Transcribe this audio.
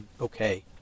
okay